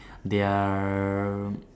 their